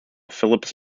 philips